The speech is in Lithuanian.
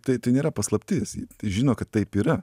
tai tai nėra paslaptis žino kad taip yra